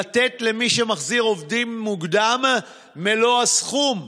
לתת למי שמחזיר עובדים מוקדם את מלוא הסכום,